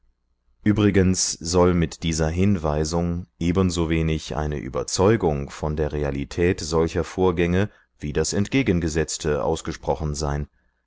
übrigens soll mit dieser hinweisung ebensowenig eine überzeugung von der realität solcher vorgänge wie das entgegengesetzte ausgesprochen sein